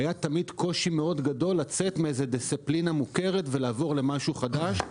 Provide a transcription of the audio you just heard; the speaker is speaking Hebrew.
היה קושי גדול מאוד לצאת מאיזו דיסציפלינה מוכרת ולעבור למשהו חדש.